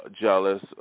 jealous